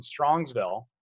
Strongsville